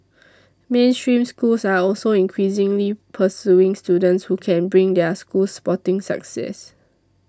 mainstream schools are also increasingly pursuing students who can bring their schools sporting success